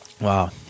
Wow